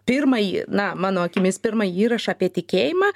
pirmąjį na mano akimis pirmąjį įrašą apie tikėjimą